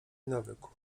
nawyku